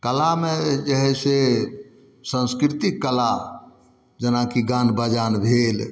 कलामे जे हइ से साँस्कृतिक कला जेनाकि गान बजान भेल